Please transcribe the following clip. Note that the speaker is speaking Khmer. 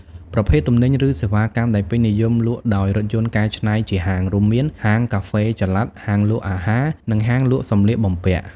ប្រភេទទំនិញ ឬសេវាកម្មដែលពេញនិយមលក់ដោយរថយន្តកែច្នៃជាហាង រួមមាន ហាងកាហ្វេចល័ត ហាងលក់អាហារ និងហាងលក់សម្លៀកបំពាក់។